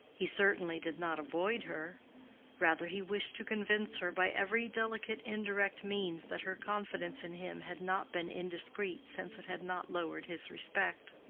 he certainly did not avoid her rather he wished to convince her by every delicate indirect means that her confidence in him had not been indiscreet since it had not lowered his respect.